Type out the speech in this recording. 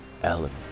element